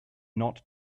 not